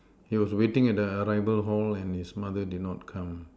he was at the arriving hall and his mother did not come